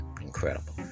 Incredible